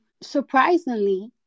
surprisingly